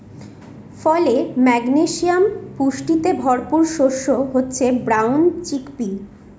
ফলে, ম্যাগনেসিয়াম পুষ্টিতে ভরপুর শস্য হচ্ছে ব্রাউন চিকপি